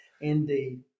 Indeed